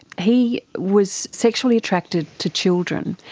he was sexually attracted to children,